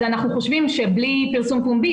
אנחנו חושבים שבלי פרסום פומבי,